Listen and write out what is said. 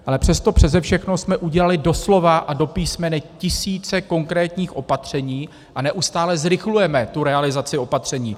Ale přes to přese všechno jsme udělali doslova a do písmene tisíce konkrétních opatření a neustále zrychlujeme tu realizaci opatření.